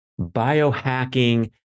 biohacking